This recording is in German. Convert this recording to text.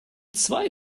zwei